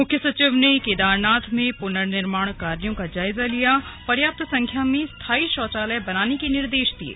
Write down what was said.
मुख्य सचिव ने केदारनाथ में पुनर्निर्माण कार्यों का जायजा लियापर्याप्त संख्या में स्थायी शौचालय बनाने के निर्देश दिये